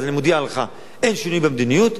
אז אני מודיע לך: אין שינוי במדיניות.